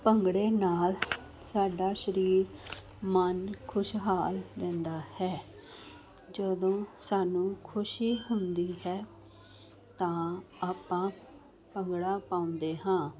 ਭੰਗੜੇ ਨਾਲ ਸਾਡਾ ਸਰੀਰ ਮੰਨ ਖੁਸ਼ਹਾਲ ਰਹਿੰਦਾ ਹੈ ਜਦੋਂ ਸਾਨੂੰ ਖੁਸ਼ੀ ਹੁੰਦੀ ਹੈ ਤਾਂ ਆਪਾਂ ਭੰਗੜਾ ਪਾਉਂਦੇ ਹਾਂ